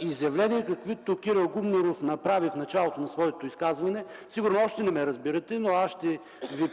изявления, каквито направи Кирил Гумнеров в началото на своето изказване. Сигурно още не ме разбирате, но аз ще Ви